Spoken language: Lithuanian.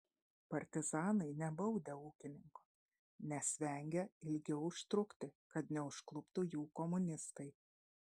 partizanai nebaudę ūkininko nes vengę ilgiau užtrukti kad neužkluptų jų komunistai